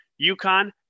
UConn